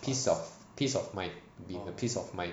piece of piece of mind be in the peace of mind